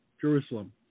Jerusalem